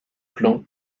clan